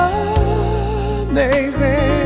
amazing